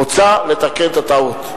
מוצע לתקן את הטעות.